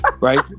right